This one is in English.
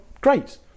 great